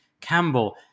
Campbell